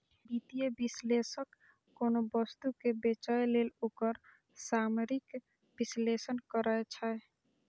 वित्तीय विश्लेषक कोनो वस्तु कें बेचय लेल ओकर सामरिक विश्लेषण करै छै